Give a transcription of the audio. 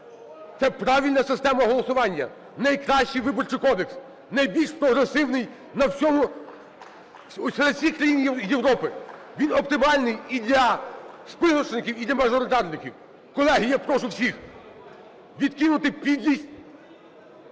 це правильна система голосування, найкращій Виборчій кодекс, найбільш прогресивний на всьому... з усіх країн Європи. Він оптимальний і для списочників, і для мажоритарників. Колеги, я прошу всіх відкинути підлість,